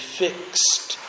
fixed